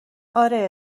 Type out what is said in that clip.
آره